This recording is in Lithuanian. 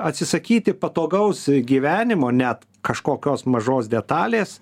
atsisakyti patogaus gyvenimo net kažkokios mažos detalės